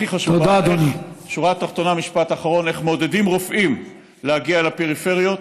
הכי חשוב איך מעודדים רופאים להגיע לפריפריות.